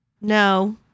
No